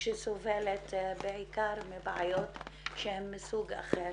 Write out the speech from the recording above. שסובלת בעיקר מבעיות שהן מסוג אחר.